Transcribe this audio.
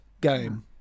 game